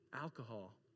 Alcohol